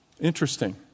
Interesting